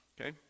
Okay